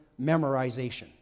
memorization